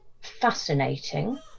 fascinating